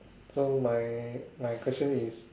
so my my question is